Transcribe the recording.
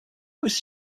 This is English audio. was